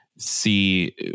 see